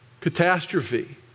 catastrophe